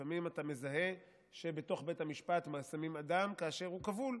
לפעמים אתה מזהה שבתוך בית המשפט שמים אדם כאשר הוא כבול,